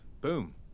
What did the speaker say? Boom